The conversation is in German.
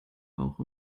auch